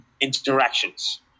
interactions